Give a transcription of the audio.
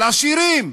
לעשירים.